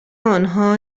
آنها